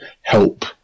help